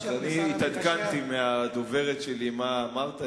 אני התעדכנתי מהדוברת שלי מה אמרת,